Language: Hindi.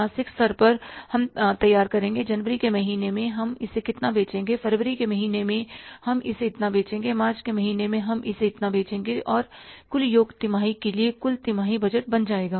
मासिक स्तर पर हम तैयार करेंगे जनवरी के महीने में हम इसे इतना बेचेंगे फरवरी के महीने में हम इसे इतना बेचेंगे मार्च के महीने में हम इसे इतना बेचेंगे और कुल योग तिमाही के लिए कुल तिमाही बजट बन जाएगा